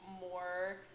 more